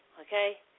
Okay